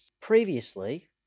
previously